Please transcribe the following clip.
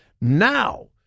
now